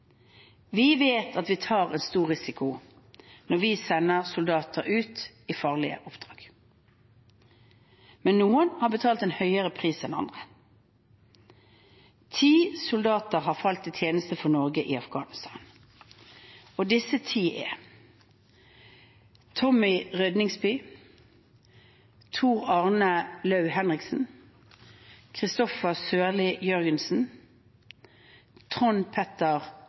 Vi vet at vi tar en stor risiko når vi sender soldater ut i farlige oppdrag. Men noen har betalt en høyere pris enn andre. Ti soldater har falt i tjeneste for Norge i Afghanistan. Disse ti er: Tommy Rødningsby Tor Arne Lau-Henriksen Kristoffer Sørli Jørgensen Trond Petter